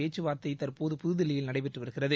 பேச்சுவார்த்தை தற்போது புதுதில்லியில் நடைபெற்று வருகிறது